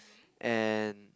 and